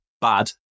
bad